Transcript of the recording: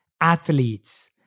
athletes